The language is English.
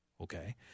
Okay